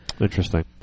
Interesting